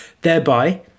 thereby